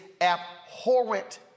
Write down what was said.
abhorrent